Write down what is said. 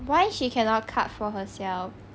why she cannot cut for herself